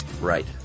Right